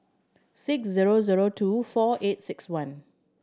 six zero zero two four eight six one